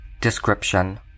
Description